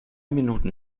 minuten